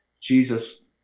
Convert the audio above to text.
Jesus